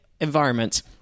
environment